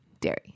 dairy